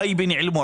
טייבה נעלמו.